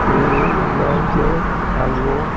केल्याचो हालवो